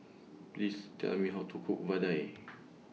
Please Tell Me How to Cook Vadai